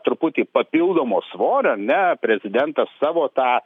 truputį papildomo svorio ne prezidentas savo tą